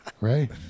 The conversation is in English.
Right